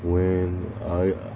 when I